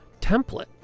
template